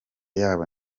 yabo